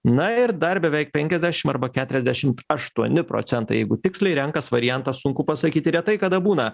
na ir dar beveik penkiasdešim arba keturiasdešimt aštuoni procentai jeigu tiksliai renkas variantą sunku pasakyti retai kada būna